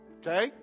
okay